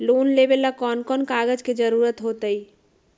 Loan लेवेला कौन कौन कागज के जरूरत होतई?